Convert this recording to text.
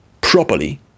properly